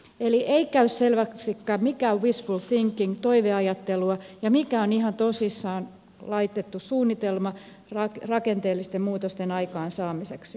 eli ei käy selväksi mikä on wishful thinking toiveajattelua ja mikä on ihan tosissaan laitettu suunnitelma rakenteellisten muutosten aikaansaamiseksi